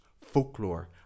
folklore